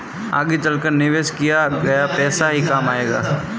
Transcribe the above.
आगे चलकर निवेश किया गया पैसा ही काम आएगा